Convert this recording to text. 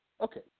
Okay